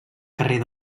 carrer